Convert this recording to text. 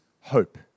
hope